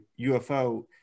UFO